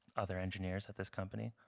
other engineers at this company?